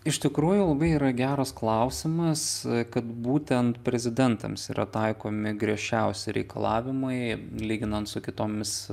iš tikrųjų labai yra geras klausimas kad būtent prezidentams yra taikomi griežčiausi reikalavimai lyginant su kitomis